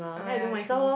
orh ya true